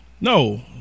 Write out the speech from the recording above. No